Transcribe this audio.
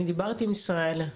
אני דיברתי עם ישראל,